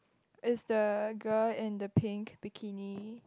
is the girl in the pink bikini